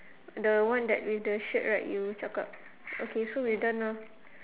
the one that with the shirt right you cakap okay so we're done now